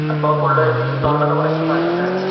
അപ്പോള് ഫുള് തോട്ടത്തില്ക്കൂടെയൊക്കെ കളിച്ചിട്ടാണു വരിക